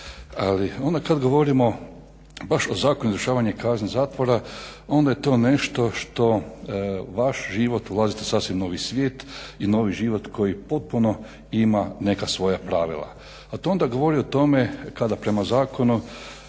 Ali onda kad govorimo baš o Zakonu za izvršavanje kazne zatvora onda je to nešto što vaš život, ulazite u sasvim jedan novi svijet i novi život koji potpuno ima neka svoja pravila. To onda govori o tome kada prema zakonu